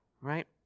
right